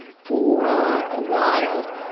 and for a while.